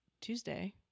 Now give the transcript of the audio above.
Tuesday